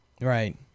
right